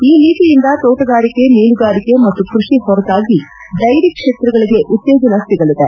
ಈ ನೀತಿಯಿಂದ ತೋಟಗಾರಿಕೆ ಮೀನುಗಾರಿಕೆ ಮತ್ತು ಕ್ಪಡಿ ಹೊರತಾಗಿ ಡೈರಿ ಕ್ಷೇತ್ರಗಳಿಗೆ ಉತ್ತೇಜನ ಸಿಗಲಿದೆ